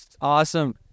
Awesome